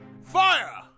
Fire